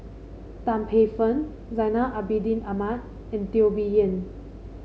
Tan Paey Fern Zainal Abidin Ahmad and Teo Bee Yen